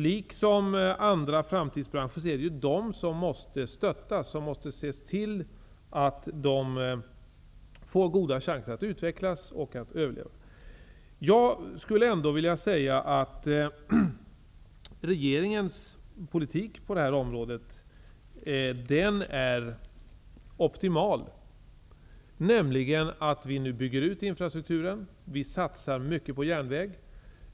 Liksom andra framtidsbranscher måste ju denna bransch stöttas och ges goda chanser att utvecklas och överleva. Regeringens politik på detta område är optimal. Vi bygger nu ut infrastrukturen och satsar mycket på järnväg.